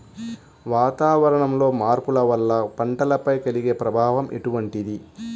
వాతావరణంలో మార్పుల వల్ల పంటలపై కలిగే ప్రభావం ఎటువంటిది?